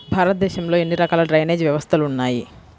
భారతదేశంలో ఎన్ని రకాల డ్రైనేజ్ వ్యవస్థలు ఉన్నాయి?